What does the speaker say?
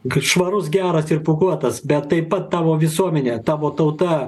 kad švarus geras ir pūkuotas bet taip pat tavo visuomenė tavo tauta